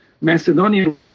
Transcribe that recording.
Macedonian